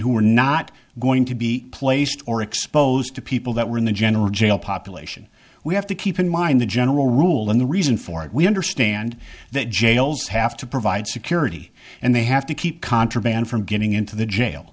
who were not going to be placed or exposed to people that were in the general jail population we have to keep in mind the general rule and the reason for it we understand that jails have to provide security and they have to keep contraband from getting into the jail